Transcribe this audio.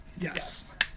Yes